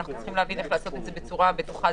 צריך להבין איך לעשות את זה בצורה בטוחה,